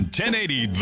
1080